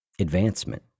advancement